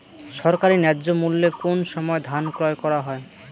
সরকারি ন্যায্য মূল্যে কোন সময় ধান ক্রয় করা হয়?